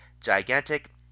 gigantic